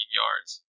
yards